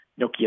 Nokia